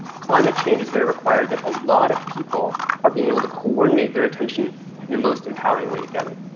climate change is going to require that a lot of people are being able to coordinate their attention in the most empowering way together.